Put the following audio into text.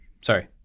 Sorry